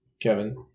Kevin